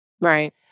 Right